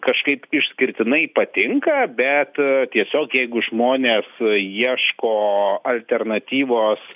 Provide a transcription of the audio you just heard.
kažkaip išskirtinai patinka bet tiesiog jeigu žmonės ieško alternatyvos